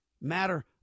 matter